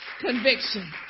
Conviction